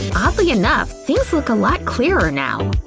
oddly enough, things look a lot clearer now!